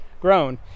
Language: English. grown